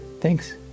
Thanks